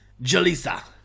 Jalisa